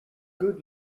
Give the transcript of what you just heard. good